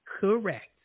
Correct